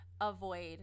avoid